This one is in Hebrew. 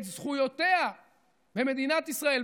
את זכויותיה במדינת ישראל,